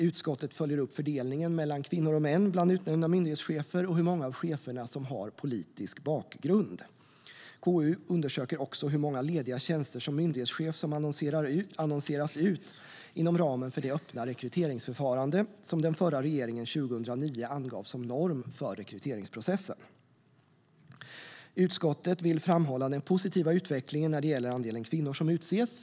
Utskottet följer upp fördelningen mellan kvinnor och män bland utnämnda myndighetschefer och hur många av cheferna som har politisk bakgrund. KU undersöker också hur många lediga tjänster som myndighetschef som annonseras ut inom ramen för det öppna rekryteringsförfarande som den förra regeringen 2009 angav som norm för rekryteringsprocessen. Utskottet vill framhålla den positiva utvecklingen när det gäller andelen kvinnor som utses.